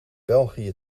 belgië